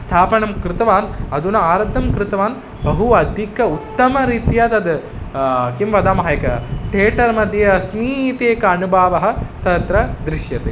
स्थापनं कृतवान् अधुना आरब्धं कृतवान् बहु अधिक उत्तमरीत्या तद् किं वदामः एक टेटर्मध्ये अस्मि इति एकः अनुभवः तत्र दृश्यते